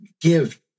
give